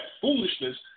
foolishness